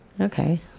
Okay